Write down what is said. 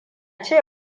ce